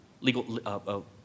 legal